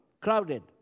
crowded